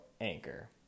anchor